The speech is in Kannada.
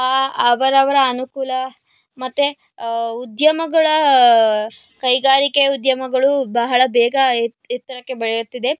ಅವರವರ ಅನುಕೂಲ ಮತ್ತು ಉದ್ಯಮಗಳ ಕೈಗಾರಿಕೆ ಉದ್ಯಮಗಳು ಬಹಳ ಬೇಗ ಎತ್ತ ಎತ್ತರಕ್ಕೆ ಬೆಳೆಯುತ್ತಿದೆ